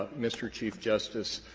ah mr. chief justice,